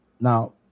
Now